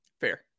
fair